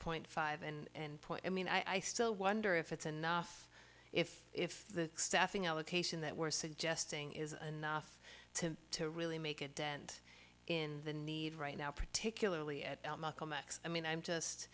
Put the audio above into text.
point five and point i mean i still wonder if it's enough if if the staffing allocation that we're suggesting is enough to to really make a dent in the need right now particularly at i mean i'm just